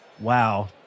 Wow